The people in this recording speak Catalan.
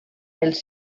els